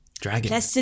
Dragon